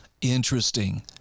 Interesting